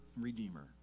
Redeemer